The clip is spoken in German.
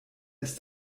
ist